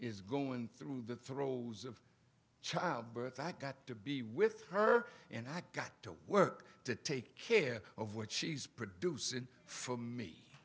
is going through the throes of childbirth i got to be with her and i got to work to take care of what she's producing for me